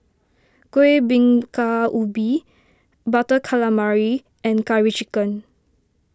Kuih Bingka Ubi Butter Calamari and Curry Chicken